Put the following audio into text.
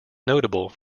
notable